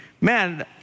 man